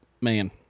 Man